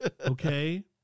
okay